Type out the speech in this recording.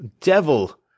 Devil